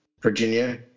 Virginia